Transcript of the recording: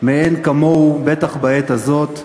מאין כמוהו, בטח בעת הזאת,